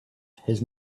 his